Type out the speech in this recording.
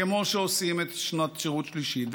כמו שעושים שנת שירות שלישית,